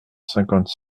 cinquante